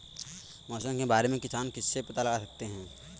मौसम के बारे में किसान किससे पता लगा सकते हैं?